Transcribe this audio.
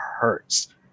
hurts